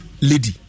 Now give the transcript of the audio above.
lady